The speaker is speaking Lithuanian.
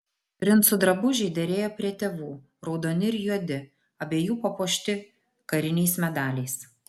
princų drabužiai derėjo prie tėvų raudoni ir juodi abiejų papuošti kariniais medaliais